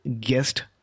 guest